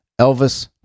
Elvis